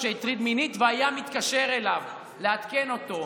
שהטריד מינית והיה מתקשר אליו לעדכן אותו,